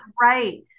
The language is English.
Right